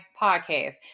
podcast